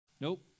Nope